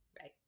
Right